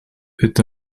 est